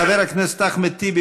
חבר הכנסת אחמד טיבי,